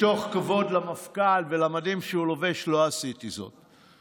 מתוך כבוד למפכ"ל ולמדים שהוא לובש לא עשיתי זאת.